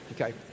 okay